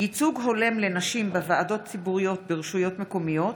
ייצוג הולם לנשים בוועדות ציבוריות ברשויות המקומיות),